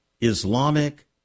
Islamic